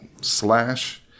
slash